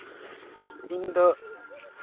ᱤᱧ ᱫᱚ